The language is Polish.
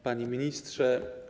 Panie Ministrze!